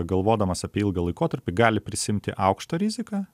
galvodamas apie ilgą laikotarpį gali prisiimti aukštą riziką